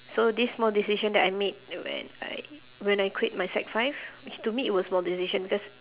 so this small decision that I made when I when I quit my sec five which to me it was small decision because